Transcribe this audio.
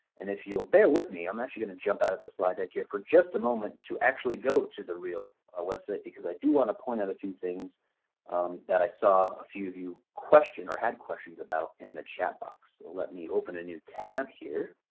and if you'll bare with me i'm actually going to jump out of the slide deck here for just a moment to actually go to the real website because i do want to point out a few things that i saw a few of you question or had questions about in the chat box. so let me open a new tab here,